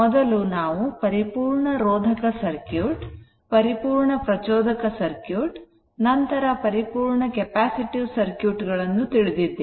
ಮೊದಲು ನಾವು ಪರಿಪೂರ್ಣ ರೋಧಕ ಸರ್ಕ್ಯೂಟ್ ಪರಿಪೂರ್ಣ ಪ್ರಚೋದಕ ಸರ್ಕ್ಯೂಟ್ ನಂತರ ಪರಿಪೂರ್ಣ ಕೆಪಾಸಿಟಿವ್ ಸರ್ಕ್ಯೂಟ್ ಗಳನ್ನು ತಿಳಿದಿದ್ದೇವೆ